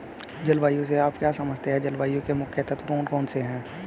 जलवायु से आप क्या समझते हैं जलवायु के मुख्य तत्व कौन कौन से हैं?